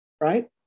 right